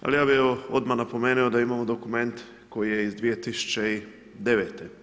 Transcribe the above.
Ali, ja bi odmah napomenuo da imamo dokument koji je iz 2009.